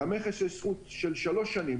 למכס יש זכות של שלוש שנים,